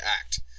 act